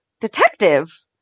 detective